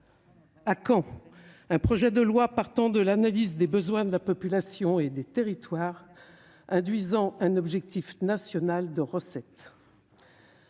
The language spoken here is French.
À quand un projet de loi partant de l'analyse des besoins de la population et des territoires, induisant un objectif national de recettes